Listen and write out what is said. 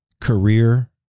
career